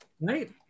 right